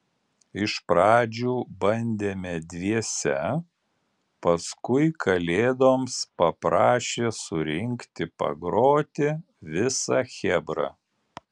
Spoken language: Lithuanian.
iš pradžių bandėme dviese paskui kalėdoms paprašė surinkti pagroti visą chebrą